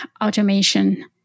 automation